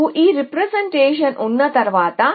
మీకు రీప్రెజెంటేషన్ ఉన్న తర్వాత